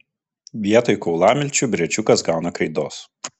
vietoj kaulamilčių briedžiukas gauna kreidos